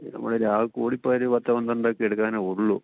നമ്മുടെ കയ്യിൽ ആകെ കൂടി പോയാൽ ഒരു പത്ത് പന്ത്രണ്ടേ എടുക്കാൻ ഉള്ളു